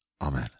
Amen